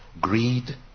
greed